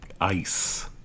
ice